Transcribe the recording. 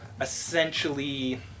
essentially